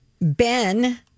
Ben